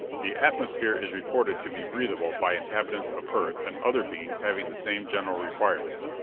the atmosphere is reported to be breatheable by inhabitants of earth and other beings having the same general requirements.